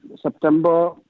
September